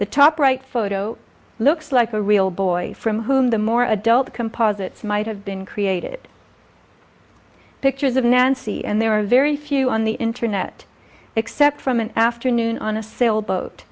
the top right photo looks like a real boy from whom the more adult composites might have been created pictures of nancy and there are very few on the internet except from an afternoon on a sailboat